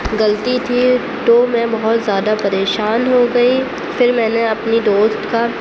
غلطی تھی تو میں بہت زیادہ پریشان ہو گئی پھر میں نے اپنی دوست کا